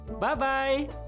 bye-bye